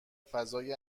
فضای